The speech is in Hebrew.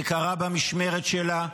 זה קרה במשמרת שלה,